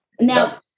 now